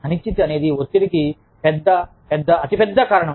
అనిశ్చితి అనేది ఒత్తిడికి పెద్ద పెద్ద అతిపెద్ద కారణం